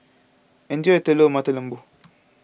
enjoy your Telur Mata Lembu